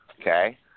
okay